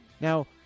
Now